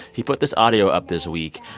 he put this audio up this week.